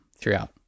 throughout